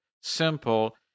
simple